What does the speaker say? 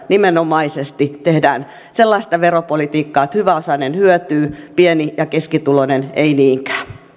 nimenomaisesti tehdään sellaista veropolitiikkaa että hyväosainen hyötyy pieni ja keskituloinen ei niinkään